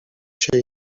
się